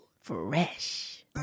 Fresh